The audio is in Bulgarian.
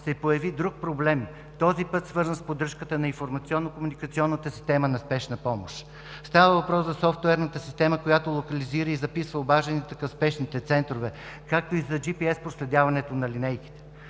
се появи друг проблем, свързан с поддръжката на информационно-комуникационната система на спешната помощ. Става въпрос за софтуерната система, която локализира и записва обажданията към спешните центрове, както и за GPS-проследяване на линейките.